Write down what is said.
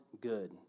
good